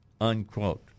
Unquote